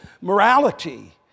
morality